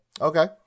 Okay